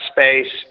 space